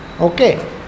Okay